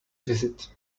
visit